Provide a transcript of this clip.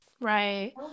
Right